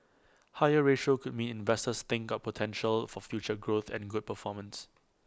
higher ratio could mean investors think got potential for future growth and good performance